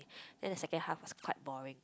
then the second half was quite boring